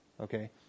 Okay